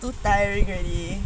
too tired already